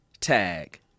tag